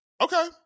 Okay